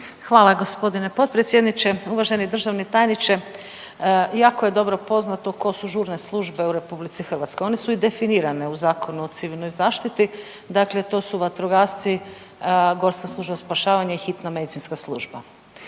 Hvala g. potpredsjedniče. Uvažen državni tajniče, jako je dobro poznato tko su žurne službe u RH. One su i definirane u Zakonu o civilnoj zaštiti, dakle to su vatrogasci, GSS i Hitna medicinska služba.